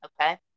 Okay